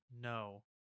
no